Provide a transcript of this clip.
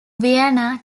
vienna